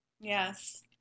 Yes